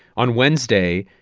on wednesday,